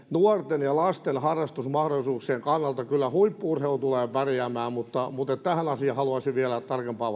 nuorten ja lasten harrastusmahdollisuuksien kannalta kyllä huippu urheilu tulee pärjäämään tähän asiaan haluaisin vielä tarkempaa